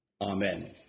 Amen